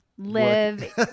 Live